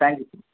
thank you sir